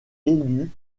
élu